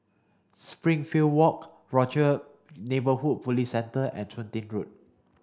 Walk Rochor Neighborhood Police Centre and Chun Tin Road